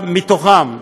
מהם,